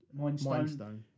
mindstone